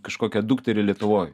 kažkokią dukterį lietuvoj